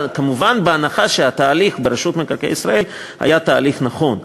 כמובן בהנחה שהתהליך ברשות מקרקעי ישראל היה תהליך נכון.